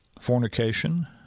Fornication